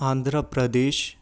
Andhra Pradesh